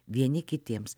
vieni kitiems